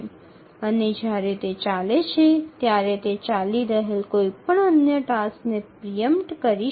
যখন এটি চলে তখন এটির উদ্দেশ্য হতে পারে চলমান অন্য কোনও কাজকে প্রথম থেকে শূন্য করা